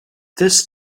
this